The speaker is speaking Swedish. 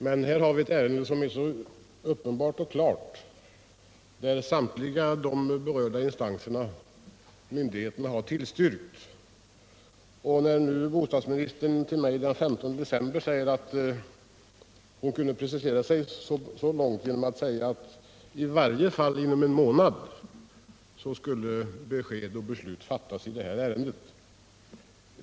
Men här har vi ett ärende som är så uppenbart och klart, där samtliga berörda myndigheter har tillstyrkt. Den 15 december sade bostadsministern till mig att hon kunde precisera sig så långt som att i varje fall inom en månad skulle besked ges och beslut fattas i det här ärendet.